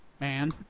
man